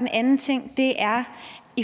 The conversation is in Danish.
Mit andet spørgsmål